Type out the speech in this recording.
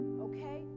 okay